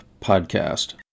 podcast